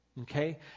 Okay